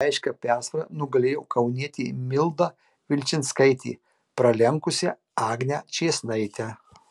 aiškia persvara nugalėjo kaunietė milda vilčinskaitė pralenkusi agnę čėsnaitę